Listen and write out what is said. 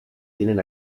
tienen